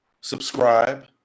Subscribe